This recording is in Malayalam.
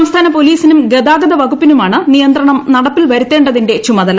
സംസ്ഥാനം പ്പോലീസിനും ഗതാഗത വകുപ്പിനുമാണ് നിയന്ത്രണം നട്ടപ്പിൽ വരുത്തേണ്ടതിന്റെ ചുമതല